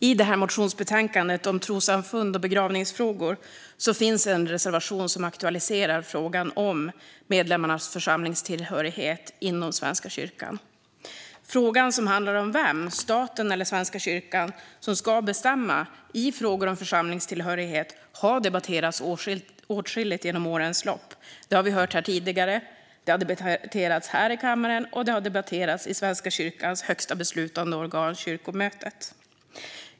Herr talman! I motionsbetänkandet om trossamfund och begravningsfrågor finns en reservation som aktualiserar frågan om medlemmarnas församlingstillhörighet inom Svenska kyrkan. Frågan om vem - staten eller Svenska kyrkan - som ska bestämma i frågor om församlingstillhörighet har debatterats åtskilligt genom årens lopp. Det har vi hört här tidigare. Det har debatterats här i kammaren, och det har debatterats i Svenska kyrkans högsta beslutande organ, kyrkomötet.